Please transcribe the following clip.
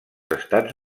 estats